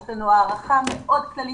יש לנו הערכה מאוד כללית.